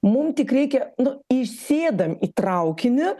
mum tik reikia nu įsėdam į traukinį